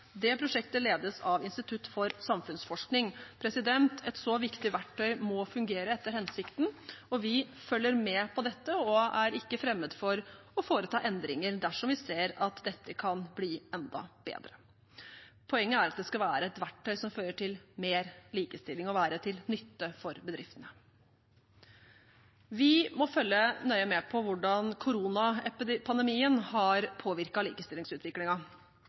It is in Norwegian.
Det prosjektet ledes av Institutt for samfunnsforskning. Et så viktig verktøy må fungere etter hensikten. Vi følger med på dette og er ikke fremmed for å foreta endringer dersom vi ser at dette kan bli enda bedre. Poenget er at det skal være et verktøy som fører til mer likestilling, og være til nytte for bedriftene. Vi må følge nøye med på hvordan koronapandemien har